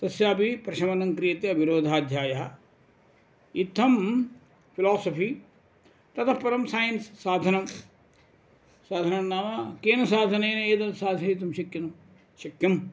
तस्यापि प्रशमनं क्रियते अविरोधाध्यायः इत्थं फ़िलासफ़ि ततः परं सैन्स् साधनं साधनं नाम केन साधनेन एतत् साधयितुं शक्यं शक्यं